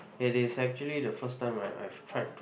it is actually the first time I I've tried to